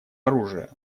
оружия